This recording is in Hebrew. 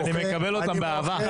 אני מקבל אותן באהבה.